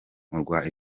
kurwanya